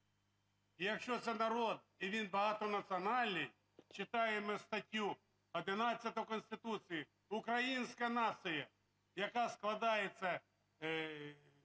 якщо це народ, і він багатонаціональний, читаємо ми статтю 11 Конституції: українська нація, яка складається